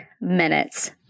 minutes